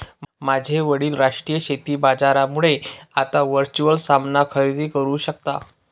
माझे वडील राष्ट्रीय शेती बाजारामुळे आता वर्च्युअल सामान खरेदी करू शकता